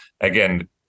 again